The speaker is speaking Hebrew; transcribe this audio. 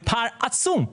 בפער עצום.